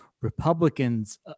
Republicans